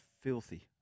filthy